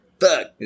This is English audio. Fuck